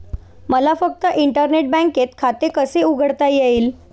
मला फक्त इंटरनेट बँकेत खाते कसे उघडता येईल?